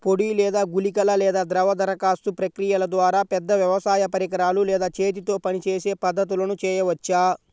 పొడి లేదా గుళికల లేదా ద్రవ దరఖాస్తు ప్రక్రియల ద్వారా, పెద్ద వ్యవసాయ పరికరాలు లేదా చేతితో పనిచేసే పద్ధతులను చేయవచ్చా?